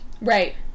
Right